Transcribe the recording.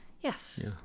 Yes